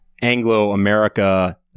Anglo-America